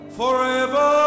Forever